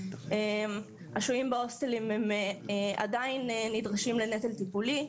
השוהים בהוסטלים הם עדיין נדרשים לנטל טיפולי.